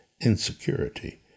insecurity